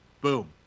Boom